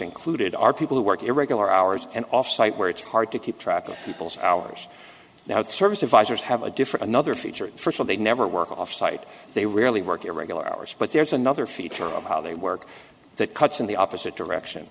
included are people who work irregular hours and off site where it's hard to keep track of people's hours now the service advisors have a different another feature for sale they never work offsite they rarely work irregular hours but there's another feature of how they work that cuts in the opposite direction